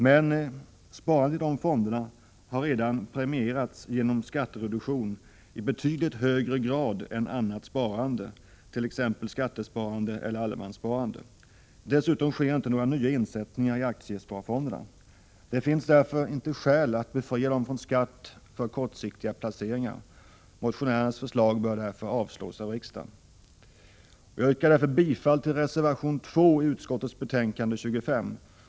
Men sparandet i de fonderna har redan premierats genom skattereduktion i betydligt högre grad än annat sparande, t.ex. skattesparande eller allemanssparande. Dessutom sker inte några nya insättningar i aktiesparfonderna. Det finns därför inte skäl att befria dem från skatt för kortfristiga placeringar. Motionärernas förslag bör därför avslås av riksdagen. Jag yrkar således bifall till reservation 2 i finansutskottets betänkande 25.